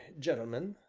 gentlemen,